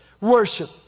Worship